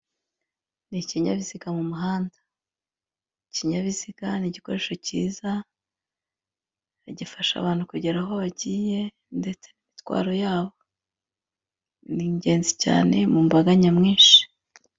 Ni ikinyabiziga mu muhanda. Ikinyabiziga ni igikoresho kiza, gifasha abantu kugera aho bagiye ndetse n'imitwaro yabo. Ni ingenzi cyane mu mbaga nyamwinshi.